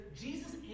Jesus